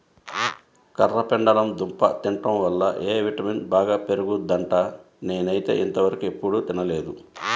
కర్రపెండలం దుంప తింటం వల్ల ఎ విటమిన్ బాగా పెరుగుద్దంట, నేనైతే ఇంతవరకెప్పుడు తినలేదు